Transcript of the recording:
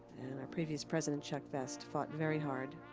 and our previous president, chuck vest, fought very hard.